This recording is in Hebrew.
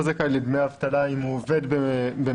לפי החוק לא זכאי לדמי אבטלה אם הוא עובד במקביל.